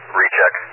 recheck